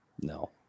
No